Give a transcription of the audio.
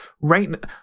right